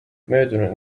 möödunud